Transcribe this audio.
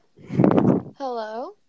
Hello